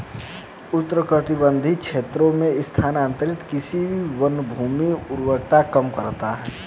उष्णकटिबंधीय क्षेत्रों में स्थानांतरित कृषि वनभूमि उर्वरता कम करता है